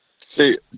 See